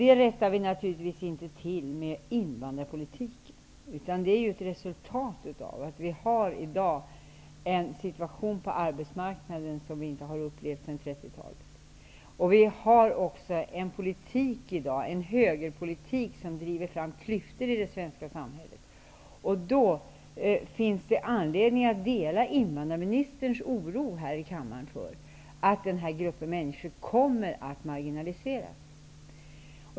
Det rättar vi naturligtvis inte till med invandrarpolitiken, utan det är ju ett resultat av att vi i dag har en situation på arbetsmarknaden som vi inte har upplevt sedan 1930-talet. Vi har i dag också en högerpolitik som driver fram klyftor i det svenska samhället. Det finns därför anledning för oss här i kammaren att dela invandrarministerns oro för att den här gruppen människor kommer att marginaliseras.